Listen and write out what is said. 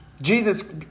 Jesus